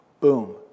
Boom